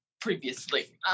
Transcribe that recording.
previously